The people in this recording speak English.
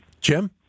Jim